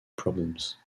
problems